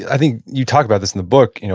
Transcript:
i think you talk about this in the book. you know